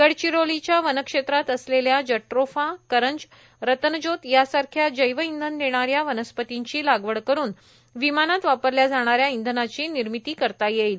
गडचिरोलीच्या वनक्षेत्रात असलेल्या जट्रोफा करंज रतनज्योत यासारख्या जैवइंधन देणाऱ्या वनस्पतींची लागवड करुन विमानात वापरल्या जाणाऱ्या इंधनाची निर्मिती करता येईल